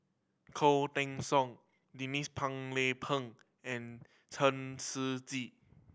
Khoo Teng Soon Denise Phua Lay Peng and Chen Shiji